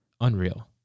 Unreal